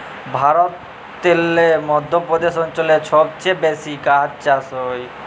ভারতেল্লে মধ্য প্রদেশ অঞ্চলে ছব চাঁঁয়ে বেশি গাহাচ চাষ হ্যয়